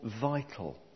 vital